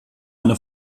eine